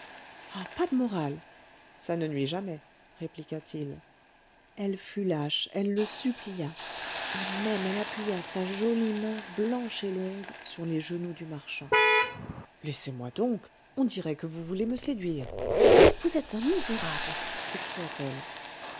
ah pas de morale ça ne nuit jamais répliqua-t-il elle fut lâche elle le supplia et même elle appuya sa jolie main blanche et longue sur les genoux du marchand laissez-moi donc on dirait que vous voulez me séduire vous êtes un misérable s'écria-t-elle